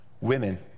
Women